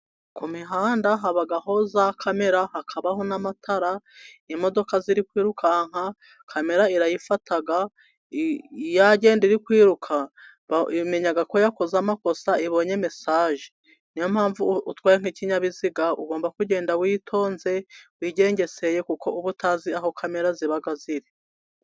Ku mihanda habaho za kamera hakabaho n'amatara, imodoka ziri kwiruka kamera irayifata , yagenda iri kwiruka imenya ko yakoze amakosa ibonye mesaje, niyo mpamvu utwaye nk'ikinyabiziga ugomba kugenda witonze, wigengeseye kuko uba utazi aho kamera ziba ziri.